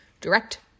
direct